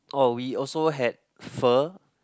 oh we also had pho